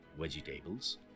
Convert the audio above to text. vegetables